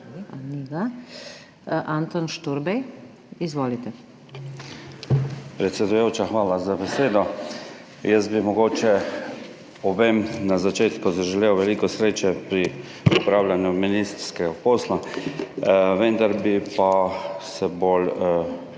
ŠTURBEJ (PS SDS):** Predsedujoča, hvala za besedo. Jaz bi mogoče obema na začetku zaželel veliko sreče pri opravljanju ministrskega posla. Vendar bi pa se bolj